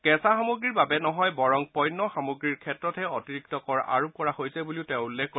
কেঁচা সামগ্ৰীৰ বাবে নহয় বৰং পণ্য সামগ্ৰীৰ ক্ষেত্ৰতহে অতিৰিক্ত কৰ আৰোপ কৰা হৈছে বুলিও তেওঁ উল্লেখ কৰে